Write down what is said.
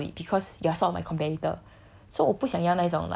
but I cannot talk to you about it because you're sort of my competitor